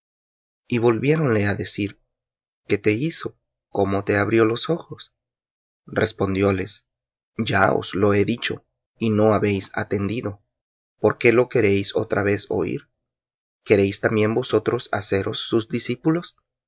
y volviéronle á decir qué te hizo cómo te abrió los ojos respondióles ya os he dicho y no habéis atendido por qué lo queréis otra vez oir queréis también vosotros haceros sus discípulos